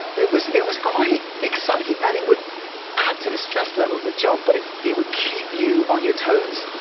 it was it was quite exciting and it would add to the stress level the job, but it it would keep you on your toes